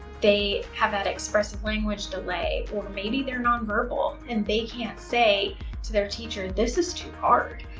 they have that expressive language delay or maybe they're nonverbal and they can't say to their teacher, this is too hard.